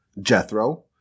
Jethro